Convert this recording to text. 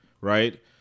right